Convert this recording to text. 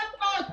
מאיר, בוקר טוב.